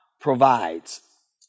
Provides